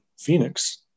Phoenix